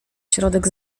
środek